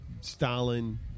Stalin